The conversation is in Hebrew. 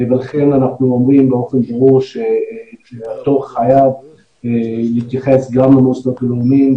ולכן אנחנו אומרים באופן ברור שהדוח חייב להתייחס גם למוסדות הלאומיים,